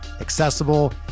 accessible